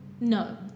No